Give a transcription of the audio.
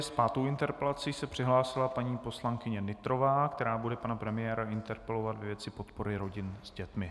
S pátou interpelací se přihlásila paní poslankyně Nytrová, která bude pana premiéra interpelovat ve věci podpory rodin s dětmi.